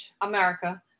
America